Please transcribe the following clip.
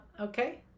okay